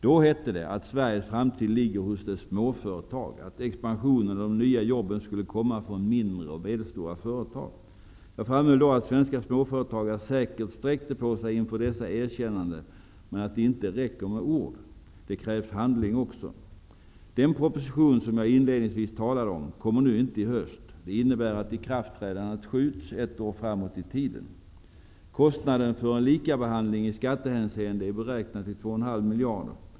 Då hette det att Sveriges framtid ligger hos dessa småföretag, att expansionen och de nya jobben skulle komma från mindre och medelstora företag. Jag framhöll då att svenska småföretagare säkert sträckte på sig inför dessa erkännanden men att det inte räcker med ord. Det krävs handling också. Den proposition som jag inledningsvis talade om kommer nu inte i höst. Det innebär att ikraftträdandet skjuts ett år framåt i tiden. Kostnaden för en likabehandling i skattehänseende är beräknad till 2,5 miljarder.